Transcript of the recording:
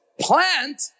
Plant